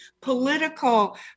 political